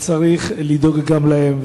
וצריך לדאוג גם להם.